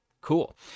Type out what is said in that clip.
Cool